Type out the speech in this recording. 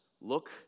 Look